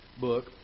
book